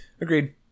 Agreed